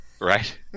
Right